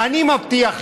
אני מבטיח לך,